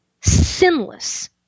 sinless